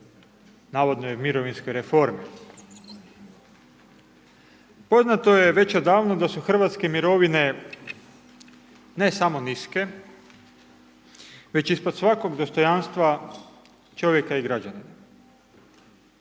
navodnoj mirovinskoj reformi. Poznato je već odavno da su hrvatske mirovine, ne samo niske, već ispod svakog dostojanstva čovjeka i građana.